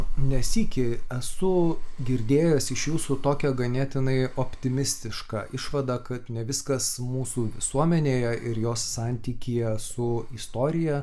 ne sykį esu girdėjęs iš jūsų tokią ganėtinai optimistišką išvadą kad ne viskas mūsų visuomenėje ir jos santykyje su istorija